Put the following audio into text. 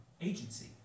Agency